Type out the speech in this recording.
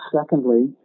Secondly